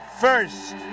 first